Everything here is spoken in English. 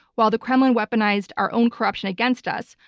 while the kremlin weaponized our own corruption against us,